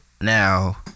Now